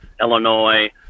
Illinois